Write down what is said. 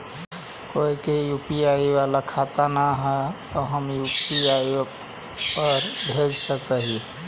कोय के यु.पी.आई बाला खाता न है तो हम यु.पी.आई पर भेज सक ही?